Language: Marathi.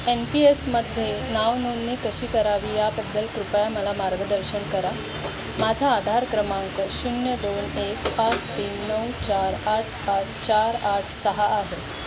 एन पी एसमध्ये नावनोंदणी कशी करावी याबद्दल कृपया मला मार्गदर्शन करा माझा आधार क्रमांक शून्य दोन एक पाच तीन नऊ चार आठ पाच चार आठ सहा आहे